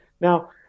Now